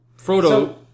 Frodo